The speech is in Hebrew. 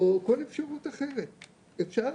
או כל אפשרות אחרת אפשר,